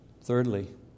Thirdly